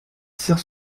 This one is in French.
tire